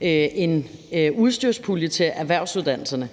en udstyrspulje til erhvervsuddannelserne.